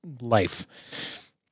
life